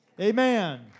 Amen